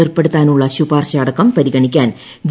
ഏർപ്പെടുത്താനുള്ള ശുപാർശ അടക്കം പരിഗണിക്കാൻ ജി